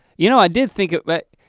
you know i did think of, well,